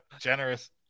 Generous